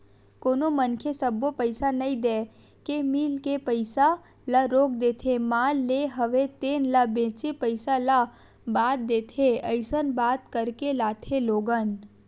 कोनो मनखे सब्बो पइसा नइ देय के मील के पइसा ल रोक देथे माल लेय हवे तेन ल बेंचे पइसा ल बाद देथे अइसन बात करके लाथे लोगन